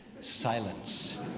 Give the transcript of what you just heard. Silence